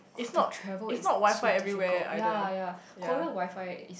the travel is so difficult ya ya Korean WiFi is